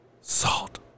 Salt